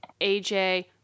AJ